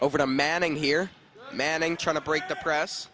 overdemanding here manning trying to break the press